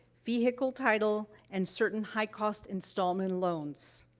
vehicle title, and certain high-cost installment loans.